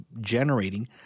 generating